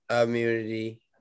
immunity